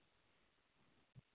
छिहत्तरि तैंतालिस